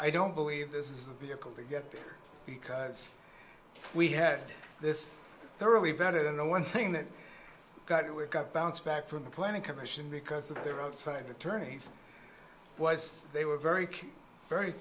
i don't believe this is a vehicle to get there because we had this thoroughly vetted and the one thing that got it were got balance back from the planning commission because there outside attorneys was they were very very